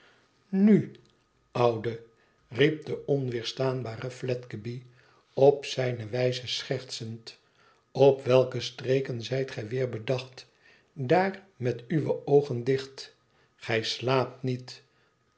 inu oude riep de onwederstaanbare fledgeby op zijne wijze schertsend lop welke streken zijt gij weer bedacht daar met uwe oogen dicht gij slaapt niet